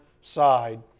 side